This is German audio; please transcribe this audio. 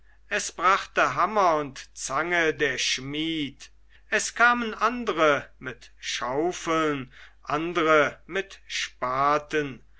es brachte hammer und zange der schmied es kamen andre mit schaufeln andre mit spaten